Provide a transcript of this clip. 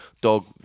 dog